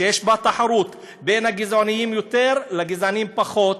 שיש בה תחרות בין הגזענים יותר לגזענים פחות,